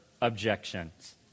objections